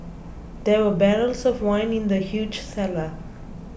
there were barrels of wine in the huge cellar